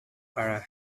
are